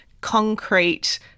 concrete